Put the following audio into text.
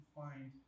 find